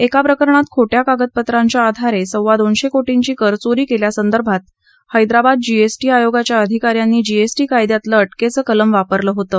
एका प्रकरणात खोट्या कागदपत्रांच्या आधारे सव्वा दोनशे कोटींची कर चोरी केल्यासंदर्भात हैद्राबाद जीएसटी आयोगाच्या अधिका यांनी जीएसटी कायद्यातलं अटकेचं कलम वापरलं होतं